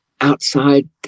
outside